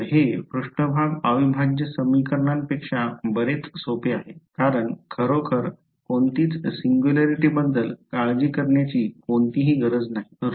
तर हे पृष्ठभाग अविभाज्य समीकरणांपेक्षा बरेच सोपे आहे कारण खरोखर कोणतीच सिंग्युलॅरिटी बद्दल काळजी करण्याची कोणतीही गरज नाही